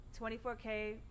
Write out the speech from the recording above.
24K